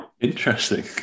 Interesting